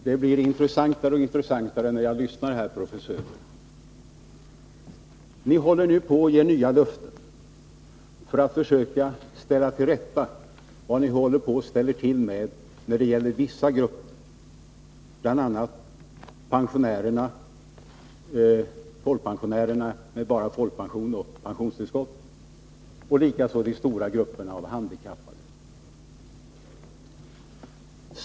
Herr talman! Det blir intressantare och intressantare när jag lyssnar till fru Söder. Ni ger nu nya löften för att försöka ställa till rätta vad ni håller på att förorsaka när det gäller vissa grupper, bl.a. pensionärer med bara folkpension och pensionstillskott samt de stora grupperna handikappade.